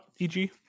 eg